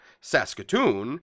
Saskatoon